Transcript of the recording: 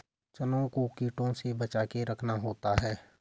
चनों को कीटों से बचाके रखना होता है